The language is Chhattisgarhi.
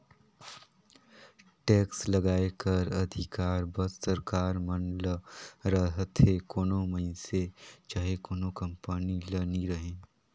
टेक्स लगाए कर अधिकार बस सरकार मन ल रहथे कोनो मइनसे चहे कोनो कंपनी ल नी रहें